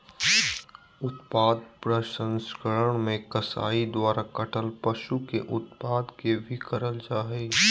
उत्पाद प्रसंस्करण मे कसाई द्वारा काटल पशु के उत्पाद के भी करल जा हई